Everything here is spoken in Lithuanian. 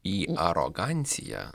į aroganciją